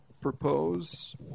propose